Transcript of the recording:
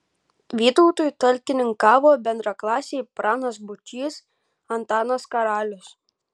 vytautui talkininkavo bendraklasiai pranas būčys antanas karalius